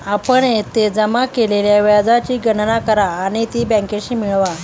आपण येथे जमा केलेल्या व्याजाची गणना करा आणि ती बँकेशी मिळवा